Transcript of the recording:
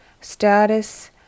status